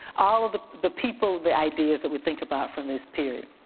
all of the the people, the ideas that we think about from this period.